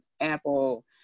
Apple